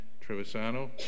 Trevisano